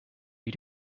you